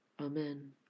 Amen